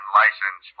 license